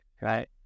right